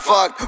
Fuck